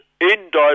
indirect